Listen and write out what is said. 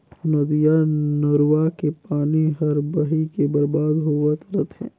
नदिया नरूवा के पानी हर बही के बरबाद होवत रथे